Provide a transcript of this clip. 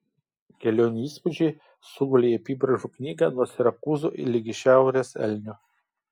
kelionių įspūdžiai sugulė į apybraižų knygą nuo sirakūzų lig šiaurės elnio